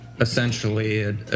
essentially